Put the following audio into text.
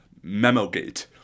MemoGate